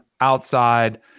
outside